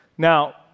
Now